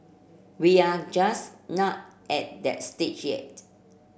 we are just not at that stage yet